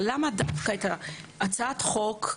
אבל למה דווקא בהצעת החוק הזאת?